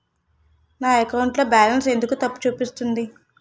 నా అకౌంట్ లో బాలన్స్ ఎందుకు తప్పు చూపిస్తుంది?